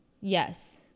Yes